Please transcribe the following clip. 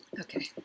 Okay